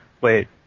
Wait